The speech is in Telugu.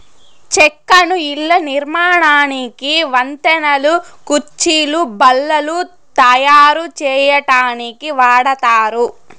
చెక్కను ఇళ్ళ నిర్మాణానికి, వంతెనలు, కుర్చీలు, బల్లలు తాయారు సేయటానికి వాడతారు